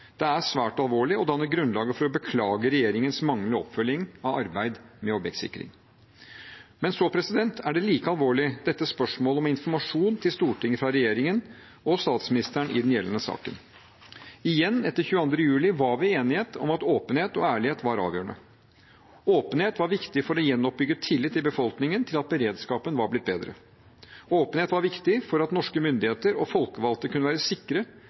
Det er svært alvorlig og danner grunnlag for å beklage regjeringens manglende oppfølging av arbeidet med objektsikring. Like alvorlig er spørsmålet om informasjon til Stortinget fra regjeringen og statsministeren i den gjeldende saken. Igjen: Etter 22. juli var vi enige om at åpenhet og ærlighet var avgjørende. Åpenhet var viktig for å gjenoppbygge tillit i befolkningen til at beredskapen var blitt bedre. Åpenhet var viktig for at norske myndigheter og folkevalgte kunne være sikre